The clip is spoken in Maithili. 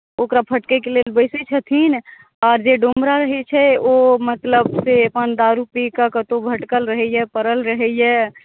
ओकरा फटकै के लेल बैसैत छथिन आ जे डोमरा रहैत छै ओ मतलब से अपन दारू पी कऽ कतहु भटकल रहैए पड़ल रहैए